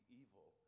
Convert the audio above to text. evil